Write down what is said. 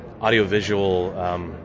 audiovisual